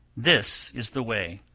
this is the way,